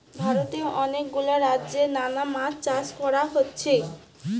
ভারতে অনেক গুলা রাজ্যে নানা মাছ চাষ কোরা হচ্ছে